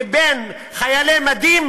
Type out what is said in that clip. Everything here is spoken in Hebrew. לבין חיילים במדים.